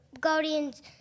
Guardians